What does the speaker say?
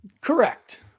Correct